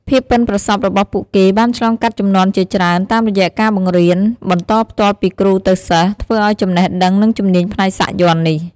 ភាពប៉ិនប្រសប់របស់ពួកគេបានឆ្លងកាត់ជំនាន់ជាច្រើន តាមរយៈការបង្រៀន បន្តផ្ទាល់ពីគ្រូទៅសិស្ស ធ្វើឲ្យចំណេះដឹង និងជំនាញផ្នែកសាក់យ័ន្តនេះ។